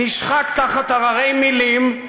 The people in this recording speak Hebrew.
נשחק תחת הררי מילים,